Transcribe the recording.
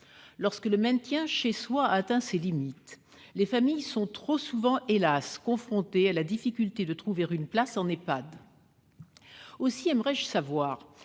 Lorsque le maintien chez soi a atteint ses limites, les familles sont trop souvent, hélas ! confrontées à la difficulté de trouver une place en Ehpad. Aussi aimerais-je savoir